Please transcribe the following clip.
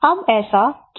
अब ऐसा क्यों है